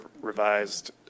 revised